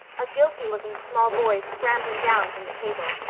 a guilty looking small boy scrambling down from the table,